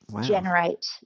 generate